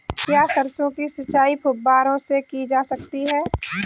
क्या सरसों की सिंचाई फुब्बारों से की जा सकती है?